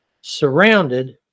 surrounded